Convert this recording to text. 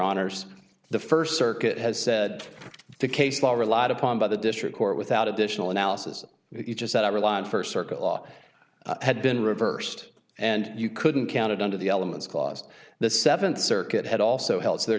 honors the first circuit has said the case law relied upon by the district court without additional analysis if you just had to rely on first circuit law had been reversed and you couldn't count it under the elements caused the seventh circuit had also helps their